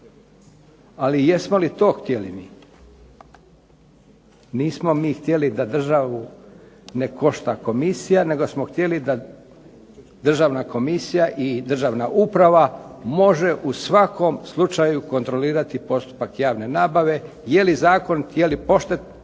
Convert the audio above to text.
Ali jesmo li to htjeli mi? Nismo mi htjeli da državu ne košta komisija nego smo htjeli da Državna komisija i državna uprava može u svakom slučaju kontrolirati postupak javne nabave je li zakon je li pošten